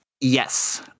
Yes